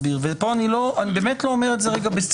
אני באמת לא אומר את זה בציניות.